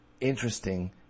interesting